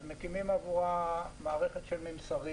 אז מקימים עבורה מערכת של ממסרים